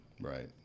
right